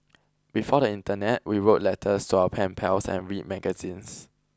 before the internet we wrote letters to our pen pals and read magazines